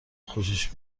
خوشش